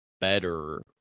better